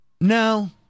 No